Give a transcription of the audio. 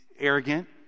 arrogant